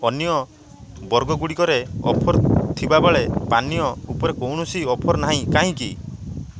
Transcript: ଅନ୍ୟ ବର୍ଗଗୁଡ଼ିକରେ ଅଫର୍ ଥିବା ବେଳେ ପାନୀୟ ଉପରେ କୌଣସି ଅଫର୍ ନାହିଁ କାହିଁକି